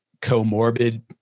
comorbid